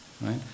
right